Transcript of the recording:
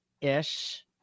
ish